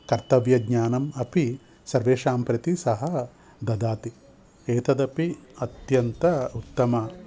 कर्तव्यज्ञानम् अपि सर्वेषां प्रति सः ददाति एतदपि अत्यन्तं उत्तमं